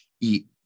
eat